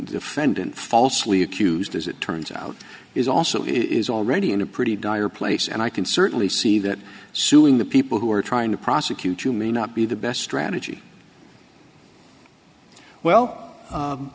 defendant falsely accused as it turns out is also is already in a pretty dire place and i can certainly see that suing the people who are trying to prosecute you may not be the best strategy well